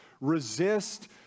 resist